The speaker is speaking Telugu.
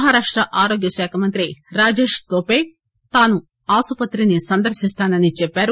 మహారాష్ట ఆరోగ్యశాఖ మంత్రి రాజేష్ తోపె తాను ఆసుపత్రిని సందర్నిస్తానని చెప్పారు